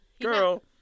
girl